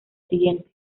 siguiente